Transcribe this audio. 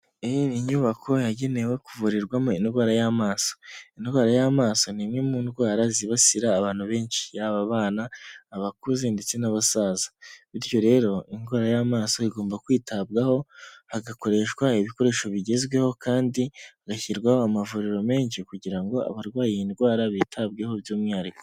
Iyi ni inyubako yagenewe kuvurirwamo indwara y'amaso. Indwara y'amaso ni imwe mu ndwara zibasira abantu benshi, yaba abana, abakuze ndetse n'abasaza. Btyo rero, indwara y'amaso igomba kwitabwaho, hagakoreshwa ibikoresho bigezweho, kandi hagashyirwaho amavuriro menshi kugira ngo abarwaye iyi ndwara bitabweho by'umwihariko.